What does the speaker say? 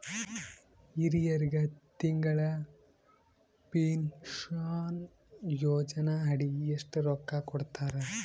ಹಿರಿಯರಗ ತಿಂಗಳ ಪೀನಷನಯೋಜನ ಅಡಿ ಎಷ್ಟ ರೊಕ್ಕ ಕೊಡತಾರ?